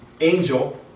angel